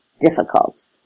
difficult